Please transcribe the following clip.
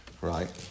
Right